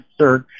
search